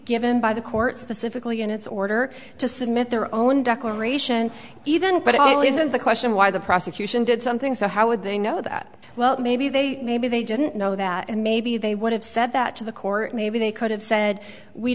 given by the court specifically in its order to submit their own declaration even but it isn't the question why the prosecution did something so how would they know that well maybe they maybe they didn't know that and maybe they would have said that to the court maybe they could have said we